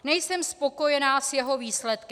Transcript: Nejsem spokojena s jeho výsledkem.